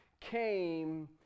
came